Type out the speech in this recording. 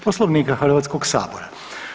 Poslovnika HS-a.